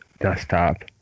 desktop